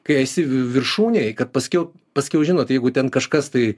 kai esi viršūnėj kad paskiau paskiau žinot jeigu ten kažkas tai